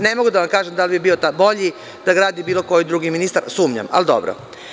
Ne mogu da vam kažem da li bi bio bolji da ga radi bilo koji drugi ministar, sumnjam, ali dobro.